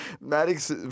Maddox